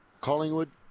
Collingwood